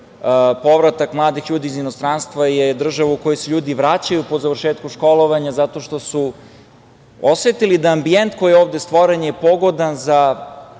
povratak mladih ljudi iz inostranstva je država u koju se ljudi vraćaju po završetku školovanja zato što su osetili da ambijent koji je ovde stvoren je pogodan za